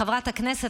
חברת הכנסת,